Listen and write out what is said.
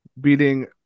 beating